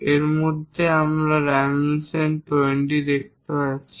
এর মধ্যে আমরা ডাইমেনশন 20 দেখাতে যাচ্ছি